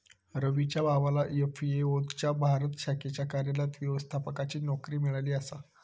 रवीच्या भावाला एफ.ए.ओ च्या भारत शाखेच्या कार्यालयात व्यवस्थापकाची नोकरी मिळाली आसा